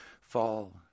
Fall